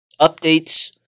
Updates